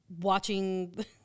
watching